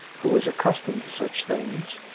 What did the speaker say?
who is accustomed to such things,